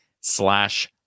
slash